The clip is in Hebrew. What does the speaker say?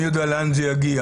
מי יודע לאן זה יגיע.